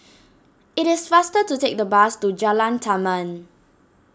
it is faster to take the bus to Jalan Taman